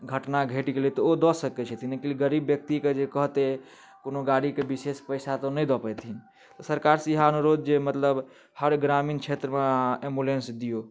घटना घटि गेलै तऽ ओ दऽ सकै छथिन लेकिन गरीब व्यक्तिके जे कहतै कोनो गाड़ी के बिशेष पैसा तऽ ओ नहि दऽ पेथिन सरकार सऽ इएह अनुरोध जे मतलब हर ग्रामीण क्षेत्र मऽ अहाँ एम्बुलेंस दियौ